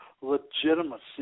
legitimacy